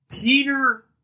Peter